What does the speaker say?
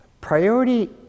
priority